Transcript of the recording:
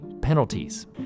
penalties